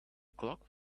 clock